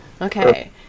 Okay